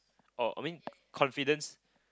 oh I mean confidence